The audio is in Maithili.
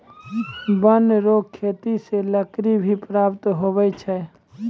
वन रो खेती से लकड़ी भी प्राप्त हुवै छै